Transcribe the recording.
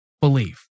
believe